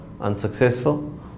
unsuccessful